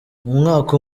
umwaka